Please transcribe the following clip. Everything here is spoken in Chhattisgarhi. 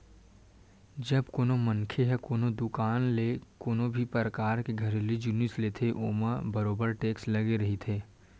जब कोनो मनखे ह कोनो दुकान ले कोनो भी परकार के घरेलू जिनिस लेथे ओमा बरोबर टेक्स लगे रहिथे